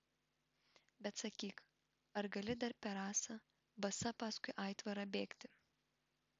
bet sakyk ar gali dar per rasą basa paskui aitvarą bėgti